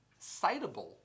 citable